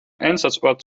einsatzort